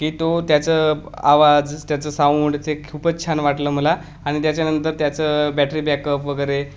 की तो त्याचं आवाज त्याचं साऊंड ते खूपच छान वाटलं मला आणि त्याच्यानंतर त्याचं बॅटरी बॅकअप वगैरे